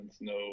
no